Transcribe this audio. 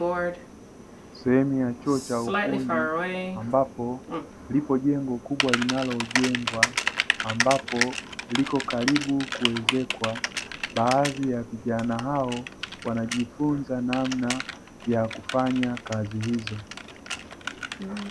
Sehemu ya chuo cha ufundi ambapo lipo jengo kubwa linalojengwa ambapo likokaribu kuezekwa, baadhi ya vijana hao wanajifunza namna ya kufanya kazi hizo.